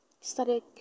started